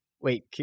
Wait